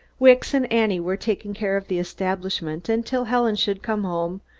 wicks and annie were taking care of the establishment until helen should come home,